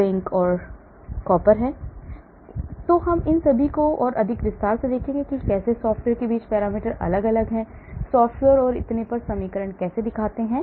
इसलिए हम इन सभी को और अधिक विस्तार से देखेंगे कि कैसे सॉफ्टवेयर के बीच पैरामीटर अलग अलग हैं सॉफ्टवेयर और इतने पर समीकरण कैसे दिखते हैं